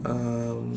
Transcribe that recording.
um